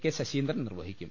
K Saseendran നിർവഹിക്കും